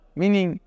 meaning